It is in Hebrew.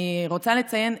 אני רוצה לציין,